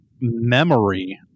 memory